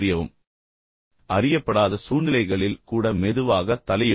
எனவே நான் சொல்ல விரும்புவது என்னவென்றால் அறியப்படாத சூழ்நிலைகளில் கூட மெதுவாக தலையிடுங்கள்